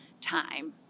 time